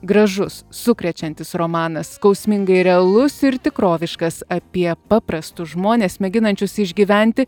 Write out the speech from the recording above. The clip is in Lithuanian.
gražus sukrečiantis romanas skausmingai realus ir tikroviškas apie paprastus žmones mėginančius išgyventi